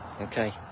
okay